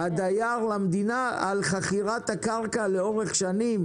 הדייר למדינה על חכירת הקרקע לאורך שנים,